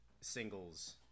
singles